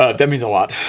ah that means a lot.